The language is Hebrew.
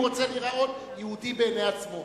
והוא רוצה להיראות יהודי בעיני עצמו.